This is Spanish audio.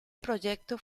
proyecto